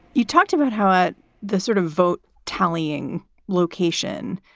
you talked about how ah the sort of vote tallying location,